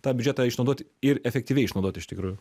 tą biudžetą išnaudot ir efektyviai išnaudot iš tikrųjų